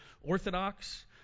Orthodox